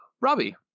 robbie